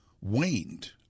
waned